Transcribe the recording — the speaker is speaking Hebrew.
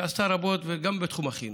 שעשתה רבות גם בתחום החינוך.